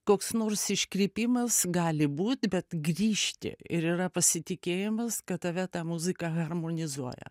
koks nors iškrypimas gali būt bet grįžti ir yra pasitikėjimas kad tave ta muzika harmonizuoja